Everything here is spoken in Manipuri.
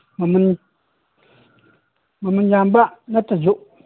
ꯃꯃꯜ ꯃꯃꯜ ꯌꯥꯝꯕ ꯅꯠꯇ꯭ꯔꯁꯨ